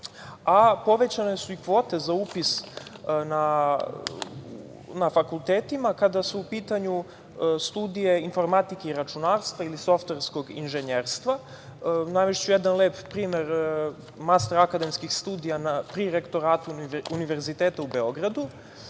a povećane su i kvote za upis na fakultetima kada su u pitanju studije informatike i računarstva ili softverskog inženjerstva. Navešću jedan lep primer master akademskih studija na tri rektorata Univerziteta u Beogradu,